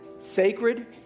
sacred